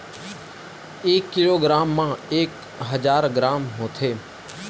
एक किलोग्राम मा एक हजार ग्राम होथे